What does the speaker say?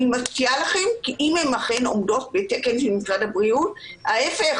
אני מציעה לכם אם הן אכן עומדות בתקן של משרד הבריאות להפך,